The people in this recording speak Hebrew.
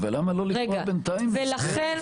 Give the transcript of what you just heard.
אבל למה לא לקבוע בינתיים --- כי אי-אפשר.